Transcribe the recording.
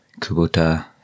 Kubota